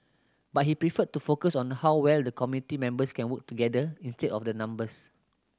but he preferred to focus on how well the committee members can work together instead of the numbers